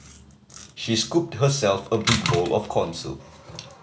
she scooped herself a big bowl of corn soup